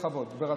בכבוד.